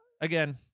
again